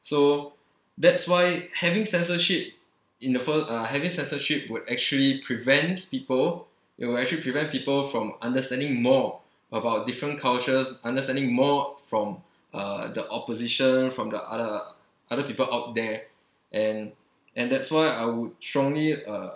so that's why having censorship in the fir~ uh having censorship would actually prevents people it will actually prevent people from understanding more about different cultures understanding more from uh the opposition from the other other people out there and and that's why I would strongly uh